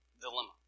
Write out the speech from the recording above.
dilemma